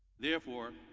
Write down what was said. therefore,